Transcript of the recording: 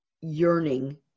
yearning